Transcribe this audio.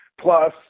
Plus